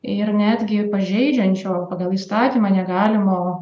ir netgi pažeidžiančio pagal įstatymą negalimo